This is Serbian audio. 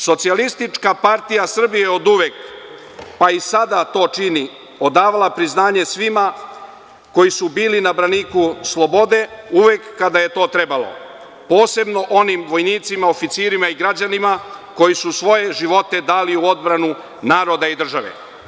Socijalistička partija Srbije je oduvek, pa i sada to čini, odavala priznanje svima koji su bili na braniku slobode uvek kada je to trebalo, posebno onim vojnicima, oficirima i građanima koji su svoje živote dali u odbranu naroda i države.